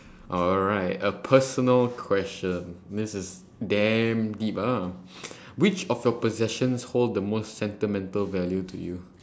alright a personal question this is damn deep ah which of your possessions hold the most sentimental value to you